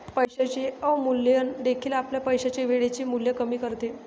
पैशाचे अवमूल्यन देखील आपल्या पैशाचे वेळेचे मूल्य कमी करते